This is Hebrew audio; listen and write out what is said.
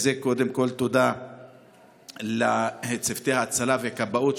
על זה קודם כול תודה לצוותי ההצלה והכבאות,